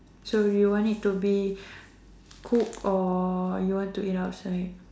so you want it to be cooked or you want to eat outside